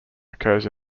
occurs